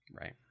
right